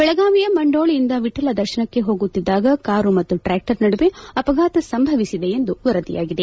ಬೆಳಗಾವಿಯ ಮಂಡೋಳಿಯಿಂದ ವಿಕಲ ದರ್ಶನಕ್ಕೆ ಹೋಗುತ್ತಿದ್ದಾಗ ಕಾರು ಮತ್ತು ಟ್ರಾಕ್ಟರ್ ನಡುವೆ ಅಪಘಾತ ಸಂಭವಿಸಿದೆ ಎಂದು ವರದಿಯಾಗಿದೆ